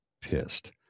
pissed